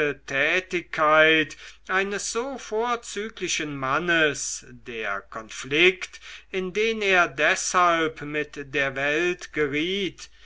tätigkeit eines so vorzüglichen mannes der konflikt in den er deshalb mit der welt geriet